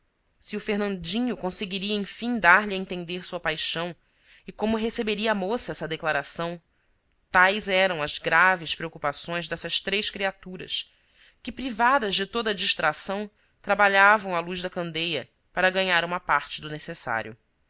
se o fernandinho conseguiria enfim dar-lhe a entender sua paixão e como receberia a moça essa declaração tais eram as graves preocupações dessas três criaturas que privadas de toda a distração trabalhavam à luz da candeia para ganhar uma parte do necessário